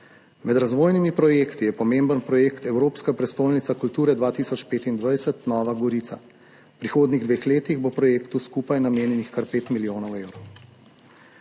Med razvojnimi projekti je pomemben projekt Evropska prestolnica kulture 2025, Nova Gorica. V prihodnjih dveh letih bo projektu skupaj namenjenih kar 5 milijonov evrov.